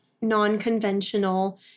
non-conventional